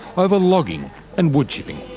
over logging and woodchipping.